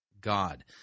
God